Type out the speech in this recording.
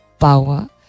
power